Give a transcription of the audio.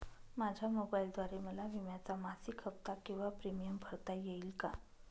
माझ्या मोबाईलद्वारे मला विम्याचा मासिक हफ्ता किंवा प्रीमियम भरता येईल का?